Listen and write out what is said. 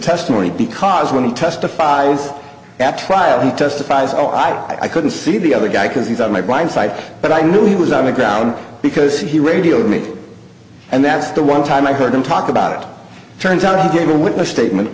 testimony because when he testifies at trial he testifies oh i i couldn't see the other guy because he's on my blind side but i knew he was on the ground because he radioed me and that's the one time i heard him talk about it turns out on the witness statement